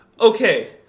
Okay